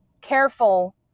careful